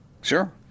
Sure